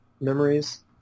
memories